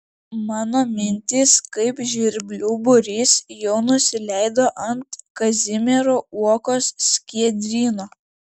mano mintys kaip žvirblių būrys jau nusileido ant kazimiero uokos skiedryno